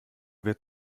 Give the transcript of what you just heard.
wird